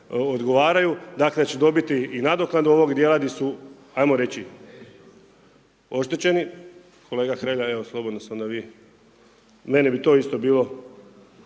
odgovaraju, dakle da će dobiti i nadoknadu ovog djela di su ajmo reći oštećeni, kolega Hrelja, evo slobodno se onda vi, meni bi to isto bilo